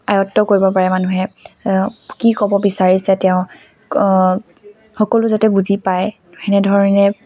আয়ত্ব কৰিব পাৰে মানুহে কি ক'ব বিচাৰিছে তেওঁ সকলো যাতে বুজি পায় সেনেধৰণে